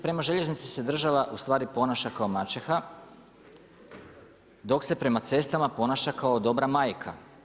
Prema željeznici se država ustvari ponaša kao maćeha dok se prema cestama ponaša kao dobra majka.